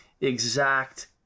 exact